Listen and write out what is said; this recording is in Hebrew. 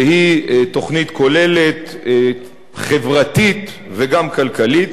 שהיא תוכנית כוללת חברתית וגם כלכלית,